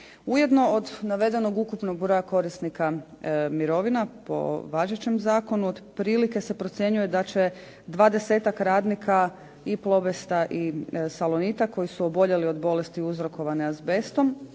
Ujedno od navedenog ukupnog broja korisnika mirovina po važećem zakonu otprilike se procjenjuje da će dvadesetak radnika i "Plobesta" i "Salonita" koji su oboljeli od bolesti uzrokovane azbestom